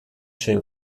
schön